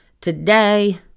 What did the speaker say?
today